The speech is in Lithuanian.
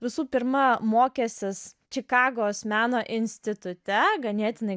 visų pirma mokęsis čikagos meno institute ganėtinai